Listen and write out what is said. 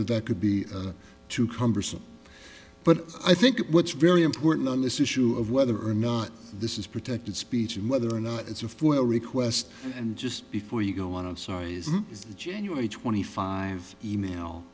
that that could be too cumbersome but i think what's very important on this issue of whether or not this is protected speech and whether or not it's a formal request and just before you go on i'm sorry is january twenty five e mail